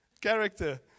character